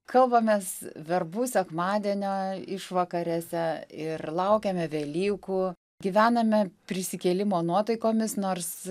kalbamės verbų sekmadienio išvakarėse ir laukiame velykų gyvename prisikėlimo nuotaikomis nors